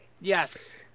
Yes